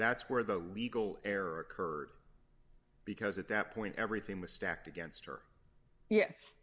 that's where the legal error occurred because at that point everything was stacked against her yes